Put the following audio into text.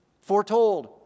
foretold